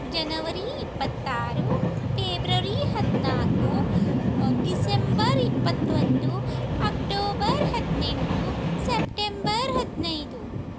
ಜನವರಿ ಇಪ್ಪತ್ತಾರು ಪೇಬ್ರರಿ ಹದಿನಾಲ್ಕು ಡಿಸೆಂಬರ್ ಇಪ್ಪತ್ತೊಂದು ಅಕ್ಟೋಬರ್ ಹದಿನೆಂಟು ಸೆಪ್ಟೆಂಬರ್ ಹದಿನೈದು